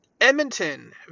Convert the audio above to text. Edmonton